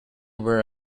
wear